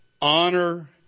honor